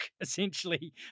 essentially